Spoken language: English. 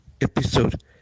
episode